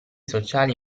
sociali